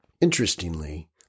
Interestingly